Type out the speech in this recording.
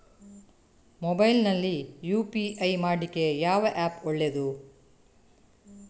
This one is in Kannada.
ಮೊಬೈಲ್ ನಲ್ಲಿ ಯು.ಪಿ.ಐ ಮಾಡ್ಲಿಕ್ಕೆ ಯಾವ ಆ್ಯಪ್ ಒಳ್ಳೇದು?